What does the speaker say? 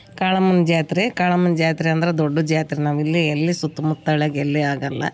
ಕಾಳಮ್ಮನ ಜಾತ್ರೆ ಕಾಳಮ್ಮನ ಜಾತ್ರೆ ಅಂದ್ರೆ ದೊಡ್ಡ ಜಾತ್ರೆ ನಾವು ಇಲ್ಲಿ ಎಲ್ಲಿ ಸುತ್ತ ಮುತ್ತ ಹಳ್ಯಾಗ್ ಎಲ್ಲಿ ಆಗೋಲ್ಲ